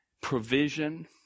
provision